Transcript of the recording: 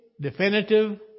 definitive